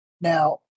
Now